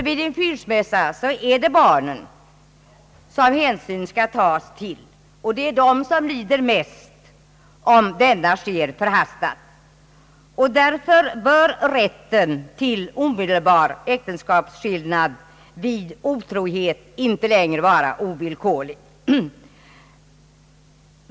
Vid en skilsmässa är det barnen som det skall tas hänsyn till, och det är de som lider mest om denna sker förhastat. Därför bör rätten till omedelbar äktenskapsskillnad vid otrohet inte längre vara ovillkorlig.